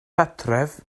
cartref